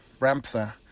Ramtha